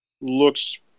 Looks